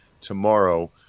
tomorrow